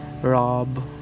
rob